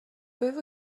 peuvent